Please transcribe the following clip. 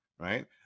right